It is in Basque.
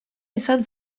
izan